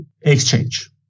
exchange